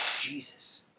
Jesus